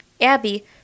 Abby